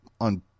on